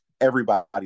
everybody's